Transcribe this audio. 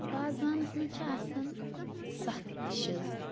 وازوانَس مَنٛز چھِ آسان سَتھ ڈِشِز